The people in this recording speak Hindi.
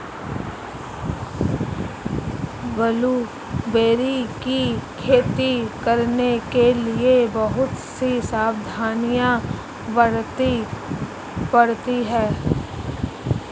ब्लूबेरी की खेती करने के लिए बहुत सी सावधानियां बरतनी पड़ती है